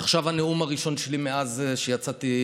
עכשיו הנאום הראשון שלי מאז שיצאתי